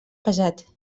pesat